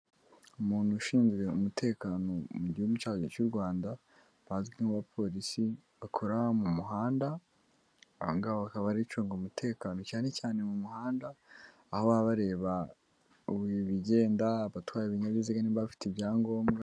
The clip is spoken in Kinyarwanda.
Umuntu ushinzwe umutekano mu gihugu cyacu cy'u Rwanda, bazwi nk' abapolisi bakora mu muhandakaba, aha ngaha akabi ari we ucunga umutekano cyane cyane mu muhanda, aho baba bareba ibigenda, abatwara ibinyabiziga niba bafite ibyangombwa.